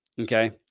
Okay